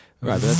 Right